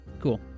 cool